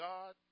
God